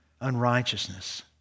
unrighteousness